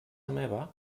meva